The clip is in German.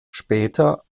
später